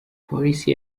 polisi